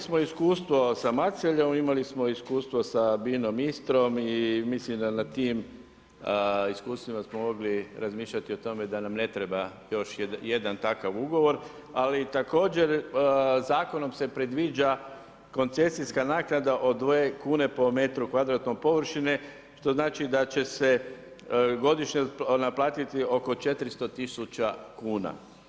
Da, imali smo iskustvo sa Maceljom, imali smo iskustvo sa Bina-om Istrom i mislim da na tim iskustvima smo mogli razmišljati o tome da nam ne treba još jedan takav ugovor, ali također zakonom se predviđa koncesijska naknada o dvije kune po metru kvadratnom površine, što znači da će se godišnje naplatiti oko 400 tisuća kuna.